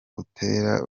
butera